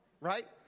right